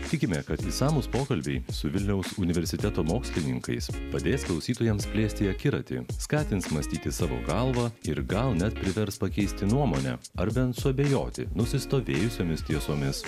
tikime kad išsamūs pokalbiai su vilniaus universiteto mokslininkais padės klausytojams plėsti akiratį skatins mąstyti savo galva ir gal net privers pakeisti nuomonę ar bent suabejoti nusistovėjusiomis tiesomis